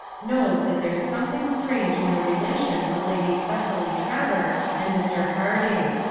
knows that there's something strange in the relations of lady cicely trevor and mr. harding.